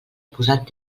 posat